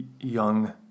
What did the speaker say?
young